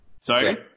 Sorry